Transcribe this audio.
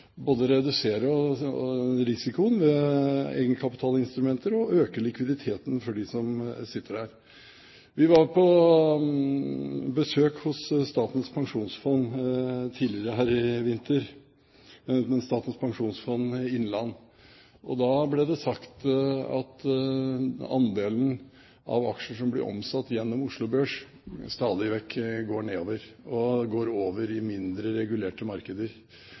redusere risikoen ved egenkapitalinstrumenter og å øke likviditeten for dem som er der. Vi var på besøk hos Statens pensjonsfond Norge i vinter. Da ble det sagt at andelen av aksjer som blir omsatt gjennom Oslo Børs, stadig vekk synker og går over i mindre regulerte markeder.